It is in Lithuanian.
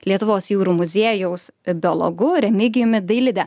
lietuvos jūrų muziejaus biologu remigijumi dailide